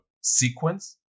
sequence